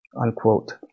Unquote